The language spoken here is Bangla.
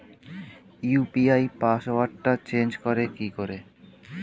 ইউ.পি.আই পাসওয়ার্ডটা চেঞ্জ করে কি করে?